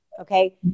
Okay